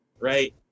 right